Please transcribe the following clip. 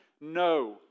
No